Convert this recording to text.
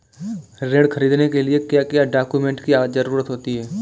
ऋण ख़रीदने के लिए क्या क्या डॉक्यूमेंट की ज़रुरत होती है?